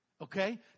Okay